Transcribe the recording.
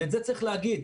ואת זה צריך להגיד.